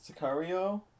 Sicario